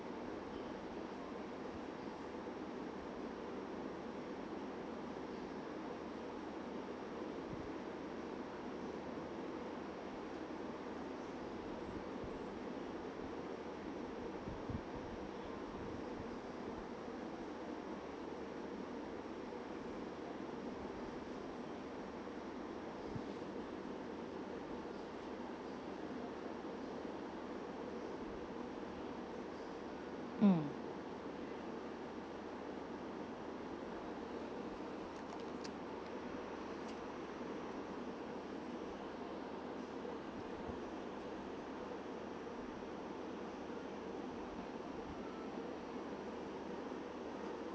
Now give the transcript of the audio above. mm